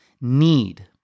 need